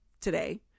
today